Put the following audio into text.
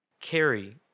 carry